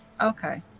Okay